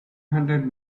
hundred